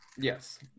Yes